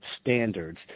standards